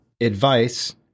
advice